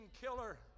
killer